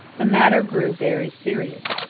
the matter grew very serious.